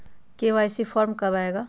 KYC form कब आए गा?